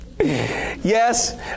Yes